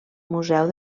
museu